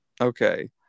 Okay